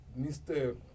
Mr